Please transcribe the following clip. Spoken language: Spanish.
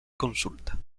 consulta